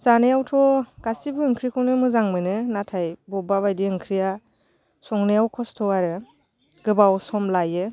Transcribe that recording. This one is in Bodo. जानायावथ' गासैबो ओंख्रिखौनो मोजां मोनो नाथाय बबेबा बायदि ओंख्रिया संनायाव खस्थ' आरो गोबाव सम लायो